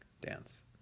dance